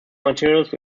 materials